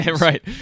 Right